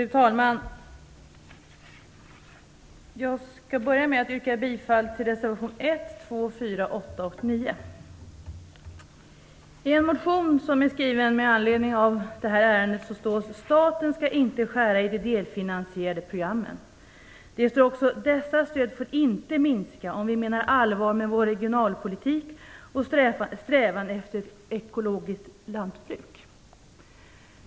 Fru talman! Jag vill börja med att yrka bifall till reservationerna 1, 2, 4, 8 och 9. I en motion som har väckts med anledning av detta ärende står det att staten inte skall skära i de delfinansierade programmen. Det står också att dessa stöd inte får minska om vi menar allvar med vår regionalpolitik och strävan efter ekologiskt lantbruk.